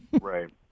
Right